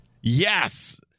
Yes